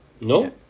no